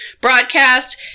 broadcast